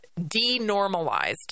denormalized